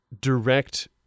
direct